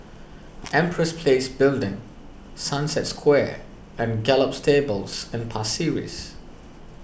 Empress Place Building Sunset Square and Gallop Stables and Pasir Ris